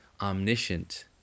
omniscient